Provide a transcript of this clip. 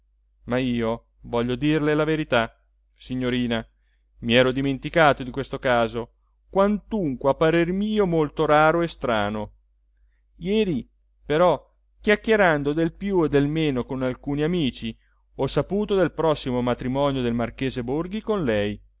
ma io voglio dirle la verità signorina mi ero dimenticato di questo caso quantunque a parer mio molto raro e strano ieri però chiacchierando del più e del meno con alcuni amici ho saputo del prossimo matrimonio del marchese borghi con lei